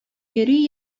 йөри